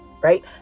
Right